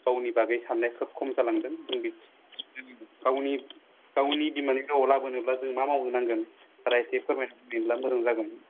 गावनि बागै साननाया खोब खम जालांदों जों गावनि बिमानि रावआव लाबोनोब्ला जों मा मावबोनांगोन सारा इसे फोरमायना होनायब्ला मोजां जागौमोन